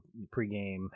pregame